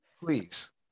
Please